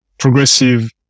progressive